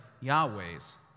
Yahweh's